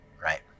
right